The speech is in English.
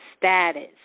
status